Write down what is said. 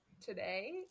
today